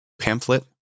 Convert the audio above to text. pamphlet